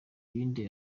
ibindi